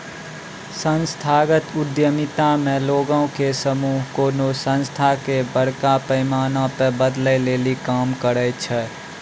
संस्थागत उद्यमिता मे लोगो के समूह कोनो संस्था के बड़का पैमाना पे बदलै लेली काम करै छै